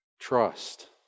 Trust